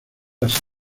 así